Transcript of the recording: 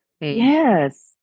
Yes